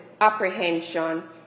apprehension